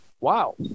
wow